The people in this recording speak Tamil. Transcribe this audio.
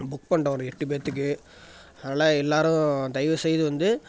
புக் பண்ணிட்டேன் ஒரு எட்டு பேர்த்துக்கு அதனால் எல்லோரும் தயவு செய்து வந்து